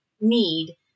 need